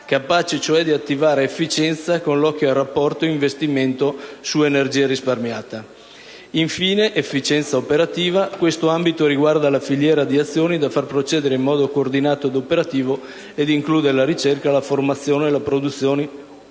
capace cioè di attivare efficienza con 1'occhio al rapporto investimento su energia risparmiata. Infine, vi è l'efficienza operativa. Questo ambito riguarda la filiera di azioni da far procedere in modo coordinato ed operativo ed include la ricerca, la formazione, la produzione,